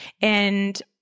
And-